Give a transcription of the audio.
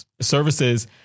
services